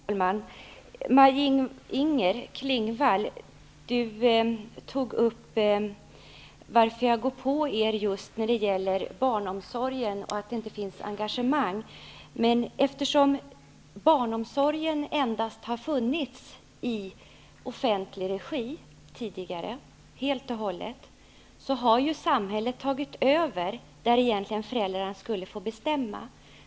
Herr talman! Maj-Inger Klingvall undrade varför jag går på er om barnomsorgen och om att det inte finns något engagemang. Eftersom barnomsorg tidigare endast har funnits i offentlig regi, har ju samhället tagit över föräldrarnas rätt att få bestämma.